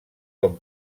com